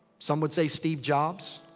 some would say, steve jobs.